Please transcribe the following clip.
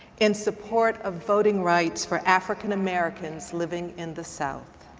in support of voting rights for african-americans living in the south.